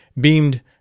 beamed